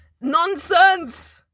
Nonsense